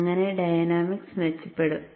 അങ്ങനെ ഡൈനാമിക്സ് മെച്ചപ്പെടും